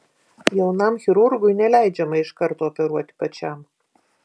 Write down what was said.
jaunam chirurgui neleidžiama iš karto operuoti pačiam